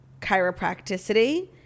chiropracticity